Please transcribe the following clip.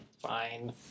Fine